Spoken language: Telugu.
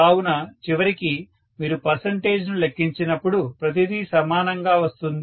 కావున చివరికి మీరు పర్సంటేజ్ ను లెక్కించినప్పుడు ప్రతిదీ సమానంగా వస్తుంది